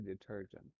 detergent